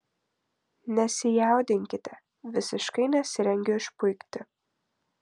nesijaudinkite visiškai nesirengiu išpuikti